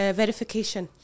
verification